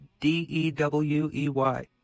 D-E-W-E-Y